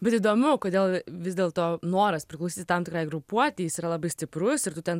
bet įdomu kodėl vis dėl to noras priklausyti tam tikrai grupuotei jis yra labai stiprus ir tu ten